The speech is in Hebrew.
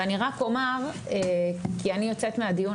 אני רק אומר כי אני יוצאת מהדיון,